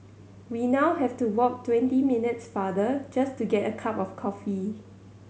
we now have to walk twenty minutes farther just to get a cup of coffee